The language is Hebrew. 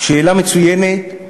שאלה מצוינת,